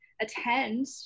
attend